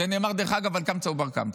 זה נאמר דרך אגב על קמצא ובר קמצא.